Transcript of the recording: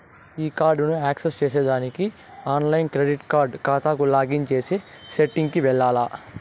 ఈ కార్డుని యాక్సెస్ చేసేదానికి ఆన్లైన్ క్రెడిట్ కార్డు కాతాకు లాగిన్ చేసే సెట్టింగ్ కి వెల్లాల్ల